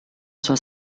sua